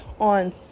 on